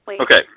Okay